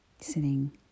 sitting